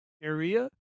area